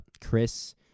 Chris